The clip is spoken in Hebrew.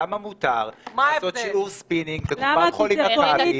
למה מותר לעשות שיעור ספינינג בקופת חולים מכבי?